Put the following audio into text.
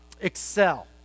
excel